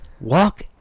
walk